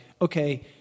okay